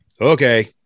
okay